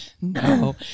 no